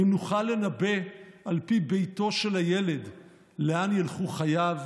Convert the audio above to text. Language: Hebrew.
האם נוכל לנבא על פי ביתו של הילד לאן ילכו חייו?